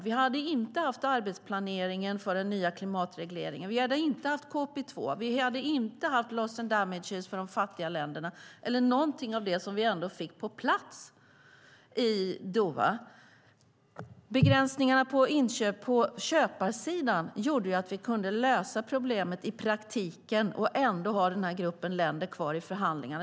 Vi hade inte haft arbetsplaneringen för den nya klimatregleringen, vi hade inte haft KP2, vi hade inte haft loss and damages för de fattiga länderna eller något av det som vi ändå fick på plats i Doha. Begränsningarna på inköp på köparsidan gjorde att vi kunde lösa problemet i praktiken och ändå ha denna grupp länder kvar i förhandlingarna.